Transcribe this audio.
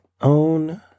own